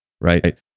right